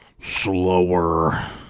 Slower